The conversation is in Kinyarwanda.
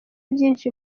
byinshi